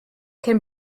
can